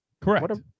Correct